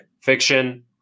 fiction